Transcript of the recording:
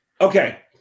Okay